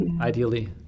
ideally